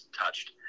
touched